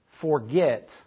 forget